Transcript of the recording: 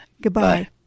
Goodbye